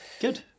Good